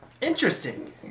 Interesting